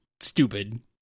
stupid